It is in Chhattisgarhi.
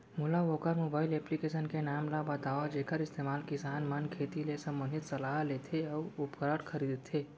मोला वोकर मोबाईल एप्लीकेशन के नाम ल बतावव जेखर इस्तेमाल किसान मन खेती ले संबंधित सलाह लेथे अऊ उपकरण खरीदथे?